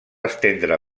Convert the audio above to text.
estendre